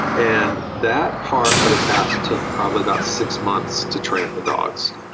and that part of the task took probably about six months to train the dogs.